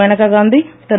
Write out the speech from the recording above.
Maneka Gandhi Thiru